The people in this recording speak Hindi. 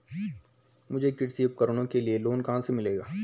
मुझे कृषि उपकरणों के लिए लोन कहाँ से मिलेगा?